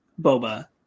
Boba